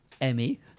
Emmy